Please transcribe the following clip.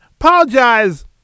apologize